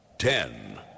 Ten